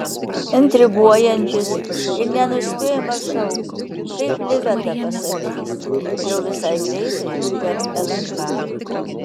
intriguojantis ir nenuspėjamas šou kaip liveta pasakys jau visai greitai per lnk